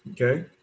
okay